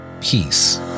Peace